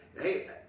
Hey